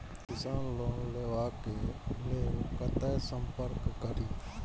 किसान लोन लेवा के लेल कते संपर्क करें?